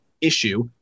issue